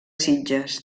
sitges